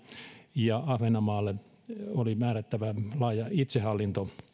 ja ahvenanmaalle oli määrättävä laaja itsehallinto